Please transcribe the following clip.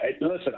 listen